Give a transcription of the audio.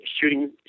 shooting